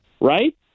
right